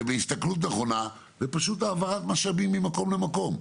בהסתכלות נכונה ופשוט העברת משאבים ממקום למקום,